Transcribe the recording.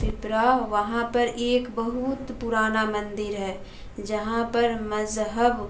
پپرا وہاں پر ایک بہت پرانا مندر ہے جہاں پر مذہب